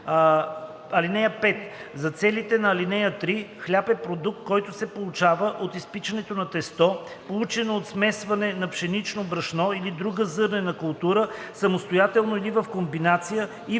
(5) За целите на ал. 3 „хляб“ е продукт, който се получава от изпичането на тесто, получено от смесване на пшенично брашно или друга зърнена култура, самостоятелно или в комбинация, и вода,